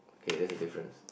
okay that's the difference